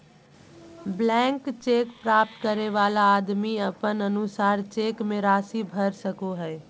blank cheque प्राप्त करे वाला आदमी अपन अनुसार चेक मे राशि भर सको हय